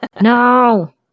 No